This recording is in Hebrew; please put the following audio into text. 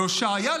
בהושעיה,